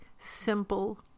simple